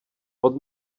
pod